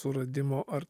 suradimo ar